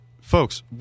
folks